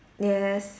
yes